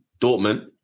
Dortmund